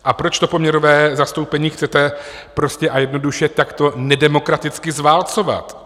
A proč to poměrové zastoupení chcete prostě a jednoduše takto nedemokraticky zválcovat?